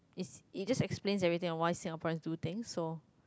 it's it just explains everything on why Singaporeans do things so